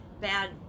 bad